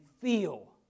feel